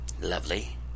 Lovely